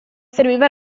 serviva